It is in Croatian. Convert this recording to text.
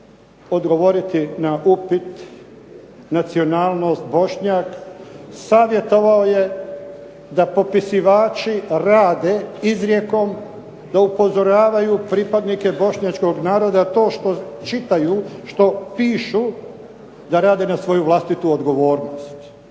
odgovoriti na upit nacionalnost Bošnjak savjetovao je da popisivači rade izrijekom, da upozoravaju pripadnike bošnjačkog naroda to što čitaju, što pišu da rade na svoju vlastitu odgovornost.